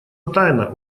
тайна